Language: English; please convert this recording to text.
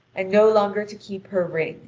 and no longer to keep her ring.